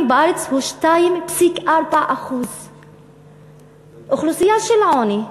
בארץ הוא 2.4%. אוכלוסייה של עוני,